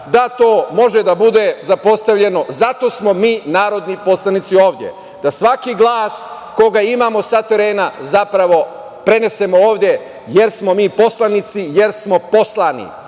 da to može da bude zapostavljeno. Zato smo mi narodni poslanici ovde da svaki glas koji imamo sa terena prenesemo ovde, jer smo mi poslanici, jer smo poslani.